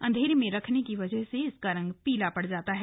अंधेरे में रखने की वजह से इसका रंग पीला पड़ जाता है